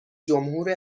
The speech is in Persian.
جمهور